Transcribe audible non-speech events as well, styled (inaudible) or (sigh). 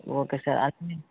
okay sir (unintelligible)